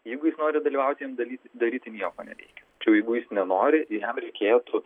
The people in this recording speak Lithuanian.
jeigu jis nori dalyvauti jam dalyti daryti nieko nereikia tačiau jeigu jis nenori jam reikėtų